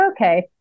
Okay